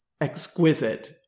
exquisite